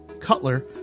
Cutler